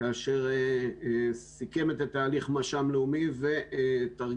כאשר סיכם את התהליך מש"מ לאומי ותרגיל,